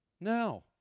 Now